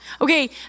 okay